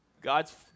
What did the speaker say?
God's